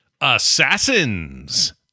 Assassins